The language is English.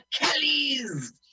Kellys